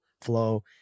flow